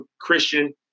Christian